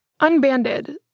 Unbanded